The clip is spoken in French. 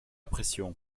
pression